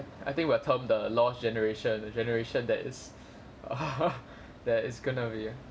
I think we're termed the lost generation a generation that is that is gonna be